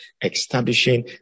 Establishing